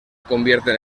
convierten